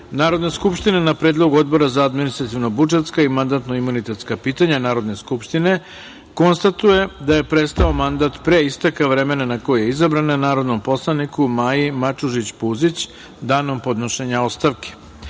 Narodna skupština, na predlog Odbor za administrativno-budžetska i mandatno-imunitetska pitanja Narodne skupštine, konstatuje da je prestao mandat, pre isteka vremena na koji je izabrana, narodnom poslaniku Maji Mačužić Puzić danom podnošenja ostavke. Saglasno